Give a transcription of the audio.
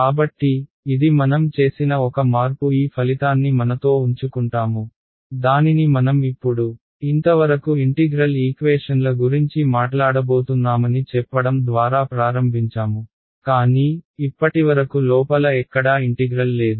కాబట్టి ఇది మనం చేసిన ఒక మార్పు ఈ ఫలితాన్ని మనతో ఉంచుకుంటాము దానిని మనం ఇప్పుడు ఇంతవరకు ఇంటిగ్రల్ ఈక్వేషన్ల గురించి మాట్లాడబోతున్నామని చెప్పడం ద్వారా ప్రారంభించాము కానీ ఇప్పటివరకు లోపల ఎక్కడా ఇంటిగ్రల్ లేదు